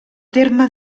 terme